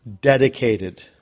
dedicated